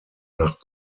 nach